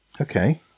Okay